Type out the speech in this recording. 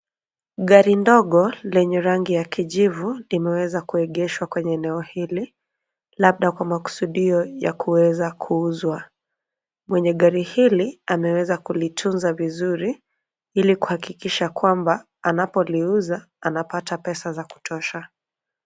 Gari dogo lenye rangi ya kijivu imeweza kuegeshwa kwenye eneo hili labda kwa makusudio la kuweza kuuzwa. Mwenye gari hili ameweza kulitunza vizuri ili kuhakikisha kwamba anapoliuza anapata pesa za kutosha.